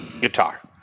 Guitar